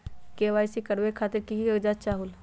KYC करवे खातीर के के कागजात चाहलु?